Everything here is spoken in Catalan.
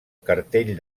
cartell